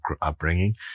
upbringing